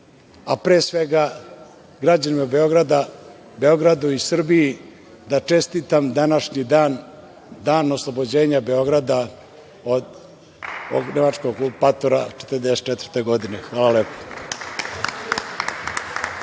a pre svega građanima Beograda, Beogradu i Srbiji da čestitam današnji dan, Dan oslobođenja Beograda od Nemačkog okupatora 1944. godine. Hvala.